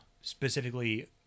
specifically